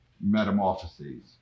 metamorphoses